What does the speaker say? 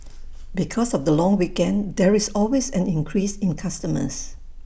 because of the long weekend there is always an increase in customers